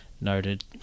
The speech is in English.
noted